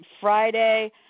Friday